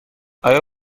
آیا